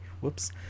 Whoops